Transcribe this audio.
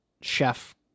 chef